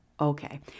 Okay